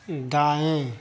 दाएं